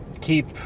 keep